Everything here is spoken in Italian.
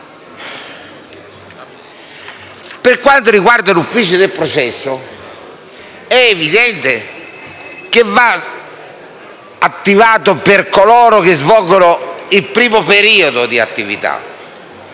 Per quanto riguarda l'ufficio per il processo, è evidente che va attivato per coloro che svolgono il primo periodo di attività,